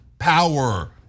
Power